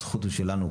הזכות היא שלנו,